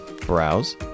Browse